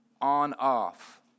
on-off